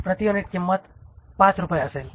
प्रति युनिट किंमत 5 रुपये असेल